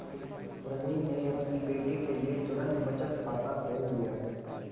प्रवीण ने अपनी बेटी के लिए तुरंत बचत खाता खोल लिया